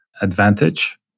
advantage